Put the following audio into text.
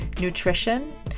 nutrition